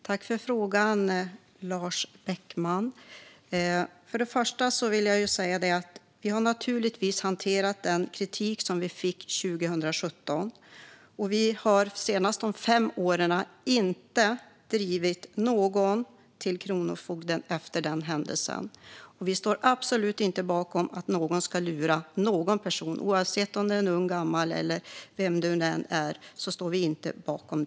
Herr talman! Tack, Lars Beckman, för frågorna! Först och främst vill jag säga att vi naturligtvis har hanterat den kritik som vi fick 2017. Under de gångna fem åren har vi inte drivit någon till Kronofogden efter den händelsen. Vi står absolut inte bakom att någon ska lura någon annan, oavsett om det är en ung eller gammal person eller vem det än är.